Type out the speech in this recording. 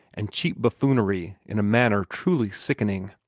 and cheap buffoonery in a manner truly sickening.